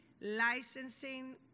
licensing